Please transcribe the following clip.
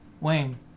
Wayne